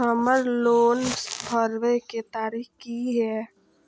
हमर लोन भरय के तारीख की ये?